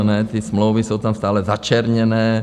Ne, ty smlouvy jsou tam stále začerněné.